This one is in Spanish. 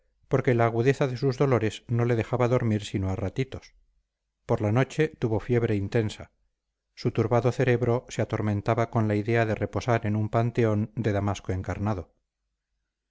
porque la agudeza de sus dolores no le dejaba dormir sino a ratitos por la noche tuvo fiebre intensa su turbado cerebro se atormentaba con la idea de reposar en un panteón de damasco encarnado